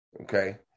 okay